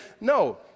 No